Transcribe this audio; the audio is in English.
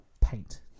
paint